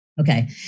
okay